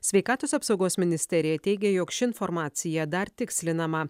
sveikatos apsaugos ministerija teigia jog ši informacija dar tikslinama